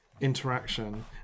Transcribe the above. interaction